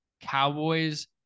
Cowboys